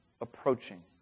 approaching